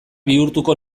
bihurtuko